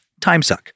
timesuck